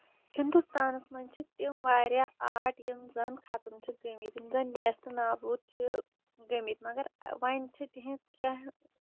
ہِندوستانَس منٛز چھِ تِم واریاہ آرٹ یِم زَن خَتٕم چھِ گٔمٕتۍ یِم زَن نیست نابوٗد چھِ گٔمٕتۍ مَگر وۄنۍ چھِ تِہنز کیٚنٛہہ